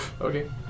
Okay